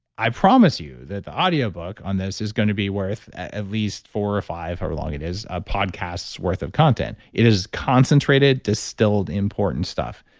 i promise you that the audio book on this is going to be worth at least four or five however long it is a podcasts worth of content it is concentrated distilled important stuff.